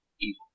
evil